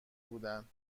بودن